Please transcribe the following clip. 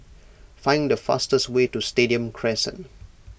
find the fastest way to Stadium Crescent